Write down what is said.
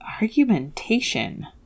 Argumentation